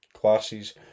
classes